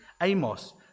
Amos